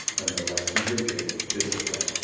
and a less rigid discipline.